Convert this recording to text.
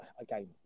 again